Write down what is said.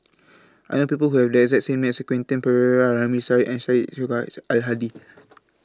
I know People Who Have The exact same name as Quentin Pereira Ramli Sarip and Syed Al Hadi